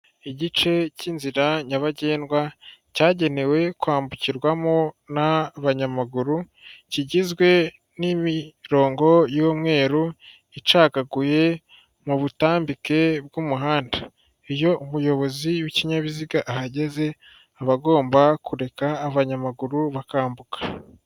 Igice cy'inzira nyabagendwa cyagenewe kwambukirwamo n'abanyamaguru kigizwe n'imirongo y'umweru, icagaguye mu butambike bw'umuhanda, iyo umuyobozi w'ikinyabiziga ahageze aba agomba kureka abanyamaguru bakambuka.